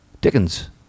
Dickens